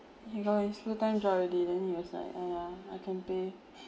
you know he's full-time job already then he was like ah yeah I can pay